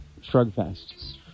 Shrugfest